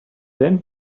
then